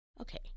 Okay